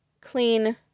clean